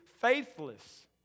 faithless